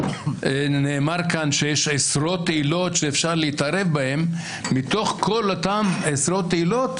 נאמר כאן שיש עשרות עילות שאפשר להתערב בהן מתוך כל אותן עשרות עילות,